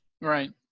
Right